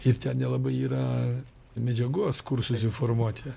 ir ten nelabai yra medžiagos kur susiformuoti